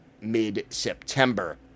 mid-September